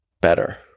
better